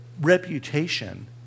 reputation